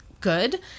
good